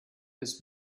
this